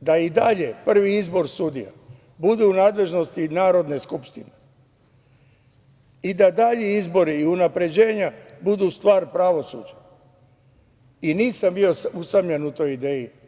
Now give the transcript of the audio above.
da i dalje prvi izbor sudija bude u nadležnosti Narodne skupštine i da dalji izbori i unapređenja budu stvar pravosuđa i nisam bio usamljen u toj ideji.